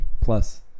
Plus